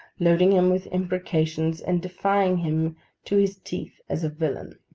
loading him with imprecations, and defying him to his teeth as a villain!